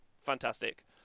Fantastic